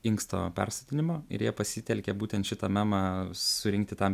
inksto persodinimo ir jie pasitelkė būtent šitą memą surinkti tam